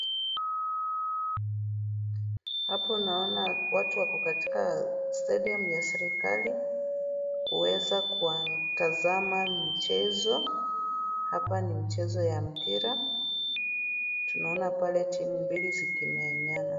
Hapo naona watu wako katika stadium ya serikali, huweza kutazama mchezo. Hapa ni mchezo ya mpira. Tunaona pale timu mbili zikimenyana.